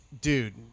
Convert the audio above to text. dude